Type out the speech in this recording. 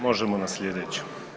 Možemo na sljedeću.